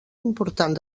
important